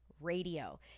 radio